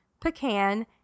pecan